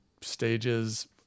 stages